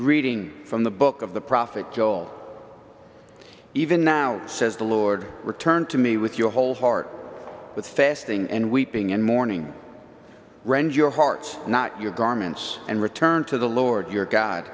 reading from the book of the prophet joel even now says the lord returned to me with your whole heart with fasting and weeping and morning rend your heart's not your garments and return to the lord your god